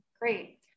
Great